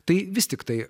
tai vis tiktai